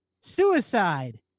suicide